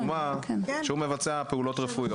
אלון נתן דוגמה שהוא מבצע פעולות רפואיות.